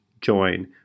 Join